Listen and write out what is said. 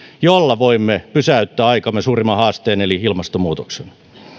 jolla voimme pysäyttää aikamme suurimman haasteen eli ilmastonmuutoksen